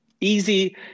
easy